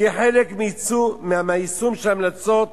כחלק מהיישום של המלצות